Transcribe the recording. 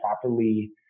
properly